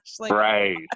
Right